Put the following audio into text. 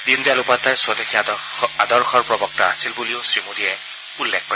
দীনদয়াল উপাধ্যায় স্বদেশী আদৰ্শৰ প্ৰবক্তা আছিল বুলিও শ্ৰীমোদীয়ে উল্লেখ কৰে